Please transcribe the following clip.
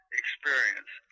experience